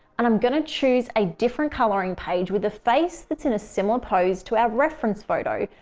and i'm going to choose a different coloring page with a face that's in a similar pose to our reference photo.